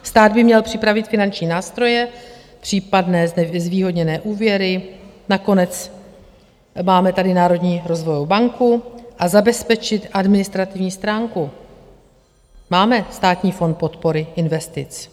Stát by měl připravit finanční nástroje, případné zvýhodněné úvěry nakonec máme tady Národní rozvojovou banku, a zabezpečit administrativní stránku máme Státní fond podpory investic.